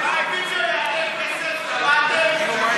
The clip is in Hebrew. הקלטת וידיאו תעלה כסף, שמעתם?